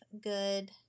good